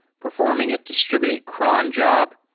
performing a distributed cron job.